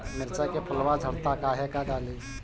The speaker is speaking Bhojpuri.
मिरचा के फुलवा झड़ता काहे का डाली?